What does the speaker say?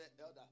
Elder